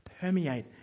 permeate